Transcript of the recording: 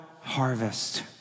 harvest